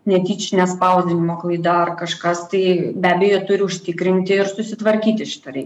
netyčinės spausdinimo klaida ar kažkas tai be abejo turi užtikrinti ir susitvarkyti šitą reikalą